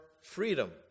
freedom